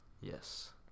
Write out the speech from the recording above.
Yes